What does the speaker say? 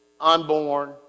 unborn